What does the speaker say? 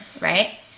right